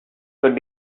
could